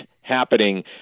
happening